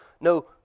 no